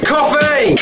Coffee